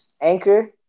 Anchor